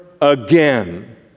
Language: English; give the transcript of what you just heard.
again